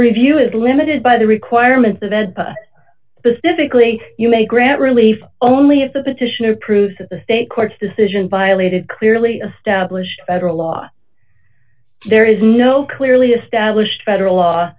review is limited by the requirements of ed specifically you may grant relief only if the petitioner proves that the state court's decision violated clearly established federal law there is no clearly established federal law